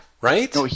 right